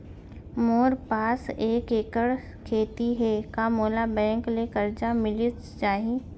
मोर पास एक एक्कड़ खेती हे का मोला बैंक ले करजा मिलिस जाही?